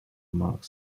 mark